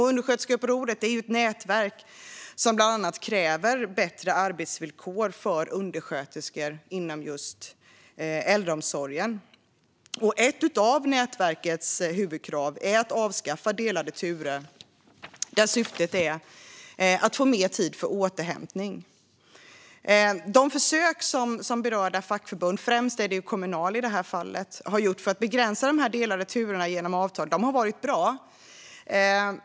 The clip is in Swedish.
Undersköterskeupproret är ett nätverk som bland annat kräver bättre arbetsvillkor för undersköterskor inom just äldreomsorgen. Ett av nätverkets huvudkrav är att avskaffa delade turer i syfte att få mer tid för återhämtning. De försök som berörda fackförbund, främst Kommunal i det här fallet, har gjort för att begränsa de delade turerna genom avtal har varit bra.